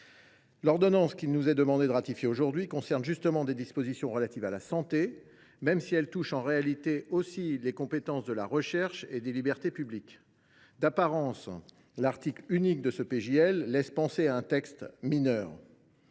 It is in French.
L’ordonnance qu’il nous est demandé de ratifier concerne des dispositions relatives à la santé, même si elle touche en réalité les compétences de la recherche et des libertés publiques. D’apparence, l’article unique de ce projet de loi laisse penser à un texte mineur.